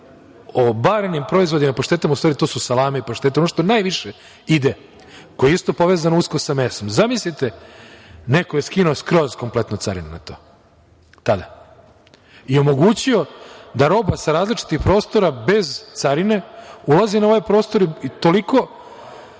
o barenim proizvodima, paštetama, u stvari to su salame i paštete, ono što najviše ide, koje je isto povezano usko sa mesom. Zamislite, neko je skinuo skroz kompletnu carinu na to tada i omogućio da roba sa različitih prostora bez carine ulazi na ovaj prostor i toliko